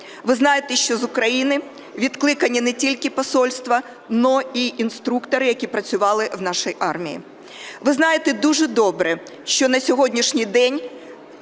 Ви знаєте, що з України відкликані не тільки посольства, але і інструктори, які працювали в нашій армії. Ви знаєте дуже добре, що на сьогоднішній день,